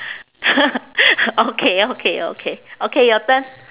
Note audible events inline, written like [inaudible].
[laughs] okay okay okay okay your turn